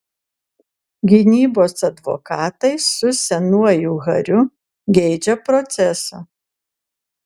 gynybos advokatai su senuoju hariu geidžia proceso